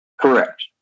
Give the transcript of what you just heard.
Correct